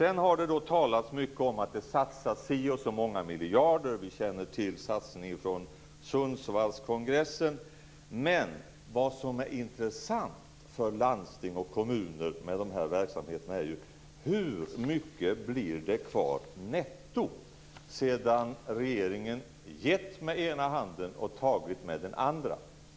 Det har vidare talats mycket om att det satsas si och så många miljarder. Vi känner t.ex. till satsningen från Sundsvallskongressen. Men vad som är intressant för landsting och kommuner med de här verksamheterna är: Hur mycket blir det kvar netto sedan regeringen givit med ena handen och tagit med den andra?